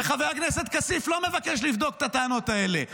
וחבר הכנסת כסיף לא מבקש לבדוק את הטענות האלה,